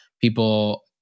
people